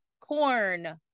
Corn